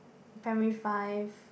primary five